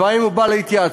לפעמים אדם בא להתייעצות,